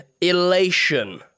elation